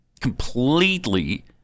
completely